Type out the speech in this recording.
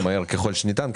מהר ככל שניתן,